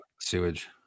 sewage